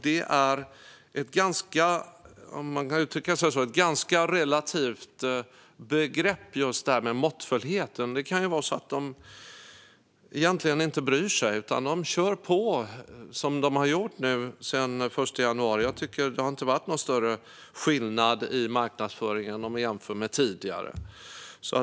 Måttfullhet är ett ganska relativt begrepp. Det kan ju vara så att de egentligen inte bryr sig utan kör på som de har gjort nu sedan den 1 januari. Jag tycker att det inte har varit någon större skillnad i marknadsföringen mot tidigare.